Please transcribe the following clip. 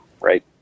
right